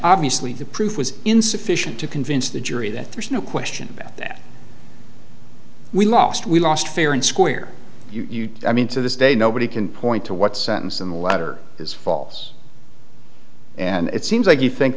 obviously the proof was insufficient to convince the jury that there's no question about that we lost we lost fair and square i mean to this day nobody can point to what sentence in the letter is false and it seems like you think